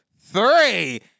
three